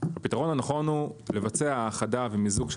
הפתרון הנכון הוא לבצע האחדה ומיזוג של